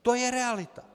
To je realita.